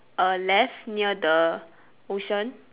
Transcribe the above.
a left near the ocean